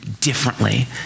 differently